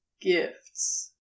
gifts